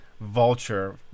vulture